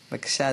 בבקשה,